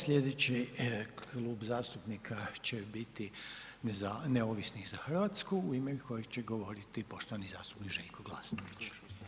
Slijedeći klub zastupnika će biti Neovisni za Hrvatsku u ime kojeg će govoriti poštovani zastupnik Željko Glasnović.